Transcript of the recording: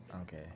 Okay